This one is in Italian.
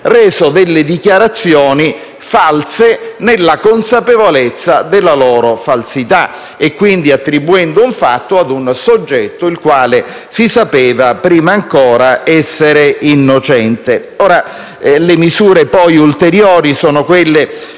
reso dichiarazioni false nella consapevolezza della loro falsità, quindi attribuendo un fatto ad un soggetto il quale si sapeva prima ancora essere innocente. Le misure ulteriori sono volte